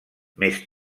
més